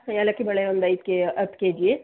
ಏಲಕ್ಕಿ ಬಾಳೆ ಒಂದು ಐದು ಕೆ ಹತ್ತು ಕೆಜಿ